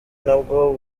nabwo